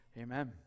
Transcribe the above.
Amen